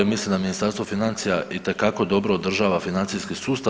Mislim da Ministarstvo financija itekako dobro održava financijski sustav.